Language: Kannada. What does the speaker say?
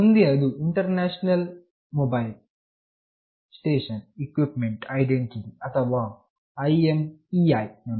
ಮುಂದಿನದು international mobile station equipment identity ಅಥವಾ IMEI ನಂಬರ್